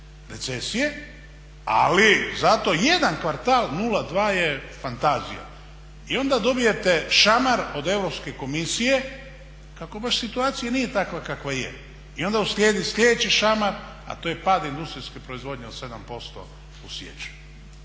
recesije, ali zato jedan kvartal 0,2 je fantazija. I onda dobijete šamar od Europske komisije kako baš situacija nije takva kakva je i onda uslijedi sljedeći šamar, a to je pad industrijske proizvodnje od 7% u siječnju.